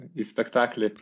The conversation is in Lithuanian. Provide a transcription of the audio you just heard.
į spektaklį